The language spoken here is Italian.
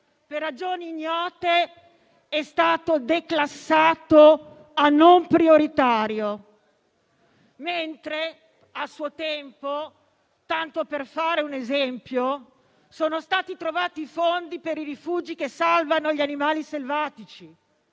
per ragioni ignote sia stato declassato a non prioritario, mentre a suo tempo, tanto per fare un esempio, sono stati trovati i fondi per i rifugi che salvano gli animali selvatici,